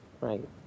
Right